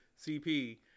CP